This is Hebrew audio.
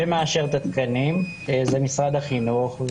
שמאשר את התקנים זה משרד החינוך.